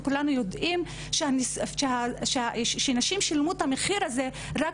וכולם יודעים שנשים שילמו את המחיר הזה רק